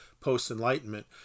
post-Enlightenment